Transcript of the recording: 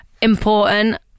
important